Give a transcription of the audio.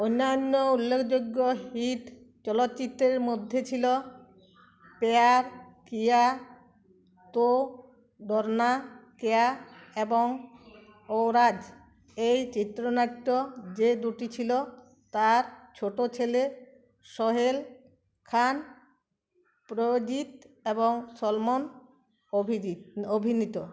অন্যান্য উল্লেখযোগ্য হিট চলচ্চিত্রের মধ্যে ছিলো পেয়ার কিয়া তো ডরনা কেয়া এবং অওরআজ এর চিত্রনাট্য যে দুটি ছিলো তার ছোটো ছেলে সোহেল খান প্রজিত এবং সলমন অভিজিৎ অভিনীত